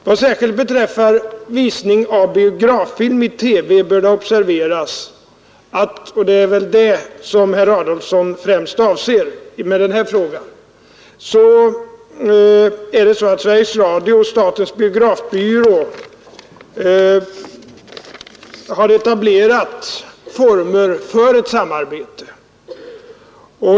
Vad särskilt beträffar visning av biograffilm i TV — och det är väl det som herr Adolfsson främst avser med den här frågan — bör det observeras att Sveriges Radio och statens biografbyrå har etablerat former för ett samarbete.